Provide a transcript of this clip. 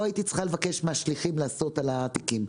לא הייתי צריכה לבקש מהשליחים לשים על התיקים.